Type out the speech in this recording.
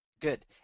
Good